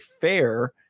fair